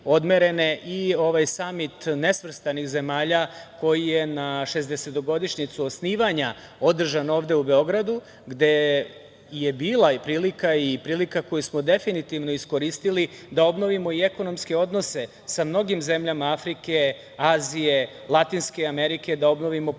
odmerene i Samit nesvrstanih zemalja koji je na šezdesetogodišnjicu osnivanja održan ovde u Beogradu, gde je bila prilika i prilika koju smo definitivno iskoristili da obnovimo i ekonomske odnose sa mnogim zemljama Afrike, Azije, Latinske Amerike, da obnovimo politička